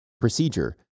procedure